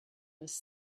was